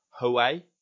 Huawei